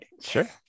sure